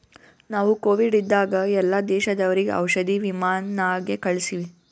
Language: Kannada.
ನಾವು ಕೋವಿಡ್ ಇದ್ದಾಗ ಎಲ್ಲಾ ದೇಶದವರಿಗ್ ಔಷಧಿ ವಿಮಾನ್ ನಾಗೆ ಕಳ್ಸಿವಿ